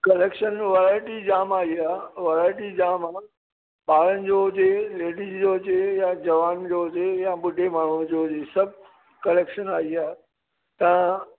collection में variety जामु आई आहे वैराइटी जामु आहे ॿारनि जो हुजे लेडीज़ जो हुजे या जवान जो हुजे या ॿुढे माण्हूअ जो हुजे कलेक्शन आई आहे तव्हां